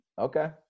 Okay